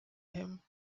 him